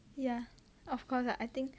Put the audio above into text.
yeah of course ah I think